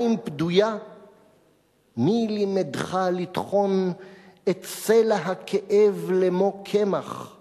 פדויה!?/ מי לימדך לטחון את סלע-הכאב למו קמח?/